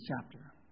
chapter